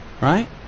Right